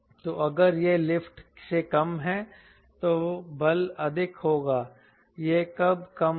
तो अगर यह लिफ्ट से कम है तो बल अधिक होगा यह कब कम है